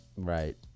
right